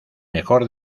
mejor